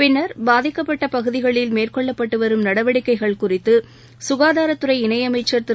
பின்னா் பாதிக்கப்பட்டபகுதிகளில் மேற்கொள்ளப்பட்டுவரும் நடவடிக்கைகள் குறித்துககாதாரத்துறை இணையமைச்ச் திரு